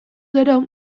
gero